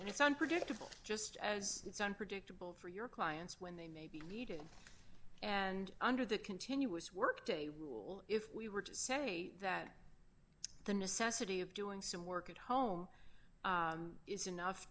it's unpredictable just as it's unpredictable for your clients when they may be needed and under the continuous workday rule if we were to say that the necessity of doing some work at home is enough